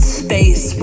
space